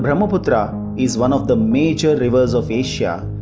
brahmaputra is one of the major rivers of asia,